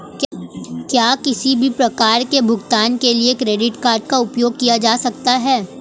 क्या किसी भी प्रकार के भुगतान के लिए क्रेडिट कार्ड का उपयोग किया जा सकता है?